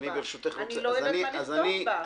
אני לא יודעת מה לכתוב בה.